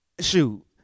Shoot